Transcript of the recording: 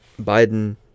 Biden